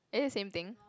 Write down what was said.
is it same thing